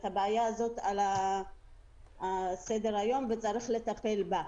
את הבעיה הזאת על הסדר היום וצריך לטפל בה.